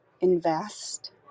invest